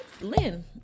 Lynn